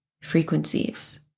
frequencies